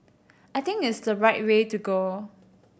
I think it's the right way to go